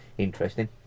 Interesting